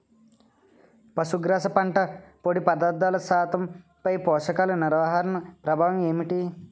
పశుగ్రాస పంట పొడి పదార్థాల శాతంపై పోషకాలు నిర్వహణ ప్రభావం ఏమిటి?